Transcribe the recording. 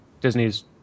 Disney's